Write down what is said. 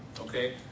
Okay